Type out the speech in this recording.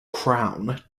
crown